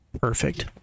Perfect